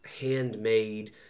handmade